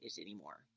anymore